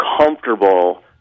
comfortable